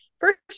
First